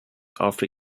after